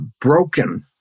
broken